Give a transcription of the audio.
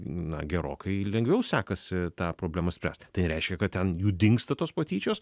na gerokai lengviau sekasi tą problemą spręst tai nereiškia kad ten jų dingsta tos patyčios